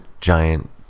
giant